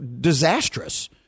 disastrous